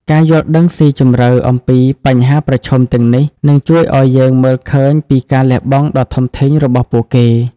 ការយល់ដឹងស៊ីជម្រៅអំពីបញ្ហាប្រឈមទាំងនេះ នឹងជួយឲ្យយើងមើលឃើញពីការលះបង់ដ៏ធំធេងរបស់ពួកគេ។